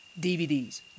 DVDs